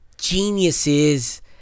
geniuses